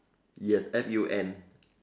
yes F U N